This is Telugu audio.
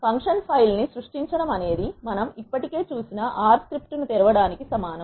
ఫంక్షన్ ఫైల్ ను సృష్టించడం అనేది మనం ఇప్పటికే చూసిన R స్క్రిప్ట్ ను తెరవ డానికి సమానం